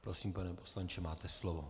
Prosím, pane poslanče, máte slovo.